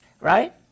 Right